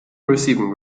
receiving